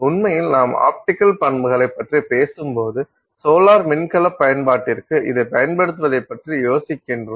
உண்மையில் நாம் ஆப்டிக்கல் பண்புகளைப் பற்றி பேசும்போது சோலார் மின்கல பயன்பாட்டிற்கு இதைப் பயன்படுத்துவதைப் பற்றி யோசிக்கிறோம்